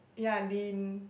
ya Lynn